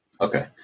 Okay